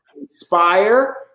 inspire